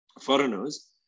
foreigners